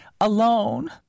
alone